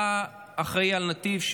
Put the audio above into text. אתה אחראי לנתיב,